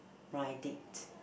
blind date